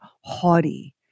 haughty